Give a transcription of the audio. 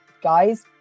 guys